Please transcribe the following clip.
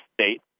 state